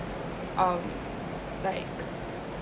um like